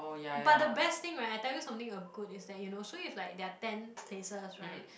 but the best thing right I tell you something of good is that you know so if like there are ten places right